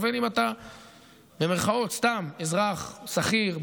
ובין שאתה "סתם" אזרח שכיר,